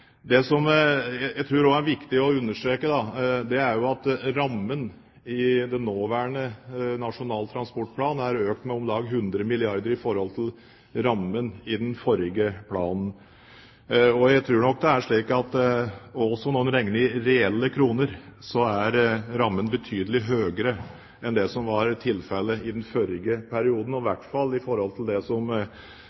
Det som jeg også tror det er viktig å understreke, er at rammen i den nåværende Nasjonal transportplan er økt med om lag 100 milliarder kr i forhold til rammen i den forrige planen. Jeg tror nok det er slik at også når man regner i reelle kroner, så er rammen betydelig høyere enn det som var tilfellet i forrige periode, og